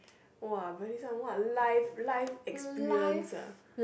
!wah! very some what life life experience ah